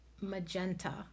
magenta